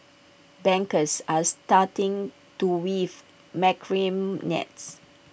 bankers are starting to weave macrame nets